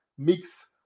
mix